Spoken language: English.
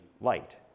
light